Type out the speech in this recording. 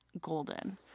golden